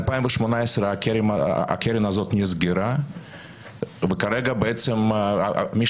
ב-2018 הקרן הזאת נסגרה וכרגע בעצם מי